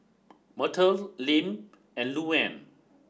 Myrtle Lim and Louann